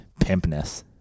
pimpness